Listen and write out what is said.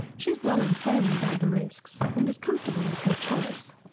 she's well informed about the risk and is comfortable with her choice.